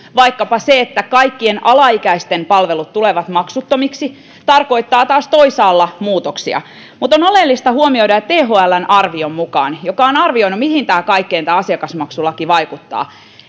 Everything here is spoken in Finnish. vaikkapa se että kaikkien alaikäisten palvelut tulevat maksuttomiksi tarkoittaa taas toisaalla muutoksia on oleellista huomioida että thln arvion mukaan joka on arvioinut mihin kaikkeen tämä asiakasmaksulaki vaikuttaa